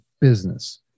business